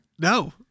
No